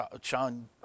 Sean